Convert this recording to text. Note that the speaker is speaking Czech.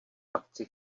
akci